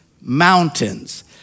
mountains